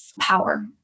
power